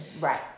Right